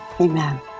Amen